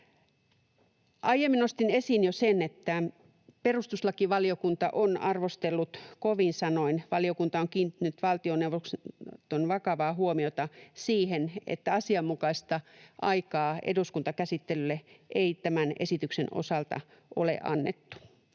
Aiemmin nostin esiin jo sen, että perustuslakivaliokunta on arvostellut tätä kovin sanoin. Valiokunta on kiinnittänyt valtioneuvoston vakavaa huomiota siihen, että asianmukaista aikaa eduskuntakäsittelylle ei tämän esityksen osalta ole annettu.